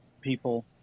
people